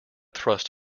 thrust